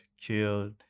killed